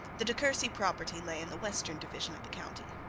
the de courcy property lay in the western division of the county.